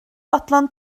fodlon